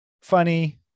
funny